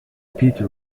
pete